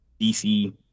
DC